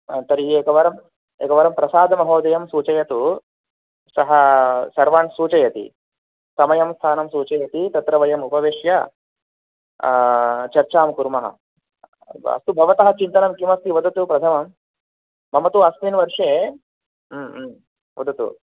तर्हि एकवारम् एकवारं प्रसादमहोदयं सूचयतु सः सर्वान् सूचयति समयं स्थानं सूचयति तत्र वयम् उपविश्य चर्चां कुर्मः अस्तु भवतः चिन्तनं किमस्ति वदतु प्रथमं मम तु अस्मिन् वर्षे वदतु